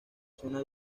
zona